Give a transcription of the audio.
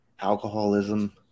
alcoholism